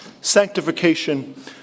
Sanctification